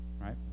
right